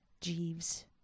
Jeeves